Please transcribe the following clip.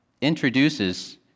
introduces